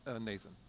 Nathan